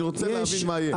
אני רוצה להבין מה יהיה.